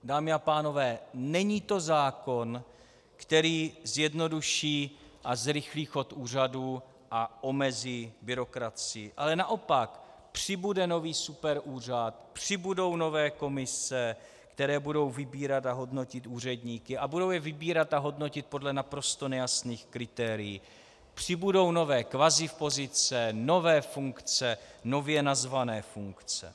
Dámy a pánové, není to zákon, který zjednoduší a zrychlí chod úřadů a omezí byrokracii, ale naopak přibude nový superúřad, přibudou nové komise, které budou vybírat a hodnotit úředníky a budou je vybírat a hodnotit podle naprosto nejasných kritérií, přibudou nové kvazipozice, nové funkce, nově nazvané funkce.